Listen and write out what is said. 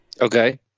Okay